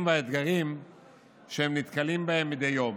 של חברי הכנסת סימון דוידסון ויבגני סובה